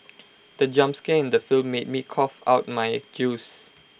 the jump scare in the film made me cough out my juice